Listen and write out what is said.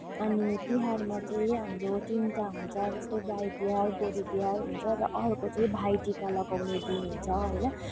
अनि तिहारमा चाहिँ हाम्रो तिनवटा हुन्छ जस्तै गाई तिहार गोरु तिहार हुन्छ र अर्को चाहिँ भाइ टिका लगाउने दिन हुन्छ होइन